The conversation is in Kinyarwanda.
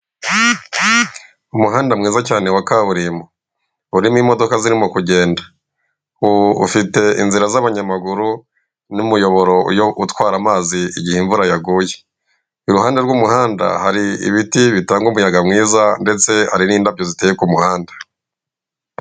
Umuhanda mwiza cyane wa kaburimbo urimo imodoka zirimo kugenda. Ufite inzira z'abanyamaguru, n'umuyoboro utwara amazi igihe imvura yaguye. Iruhande rw'umuhanda hari ibiti bitanga umuyaga mwiza, ndetse hari n'indabyo ziteye ku muhanda.